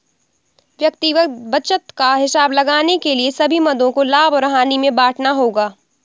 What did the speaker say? व्यक्तिगत बचत का हिसाब लगाने के लिए सभी मदों को लाभ और हानि में बांटना होगा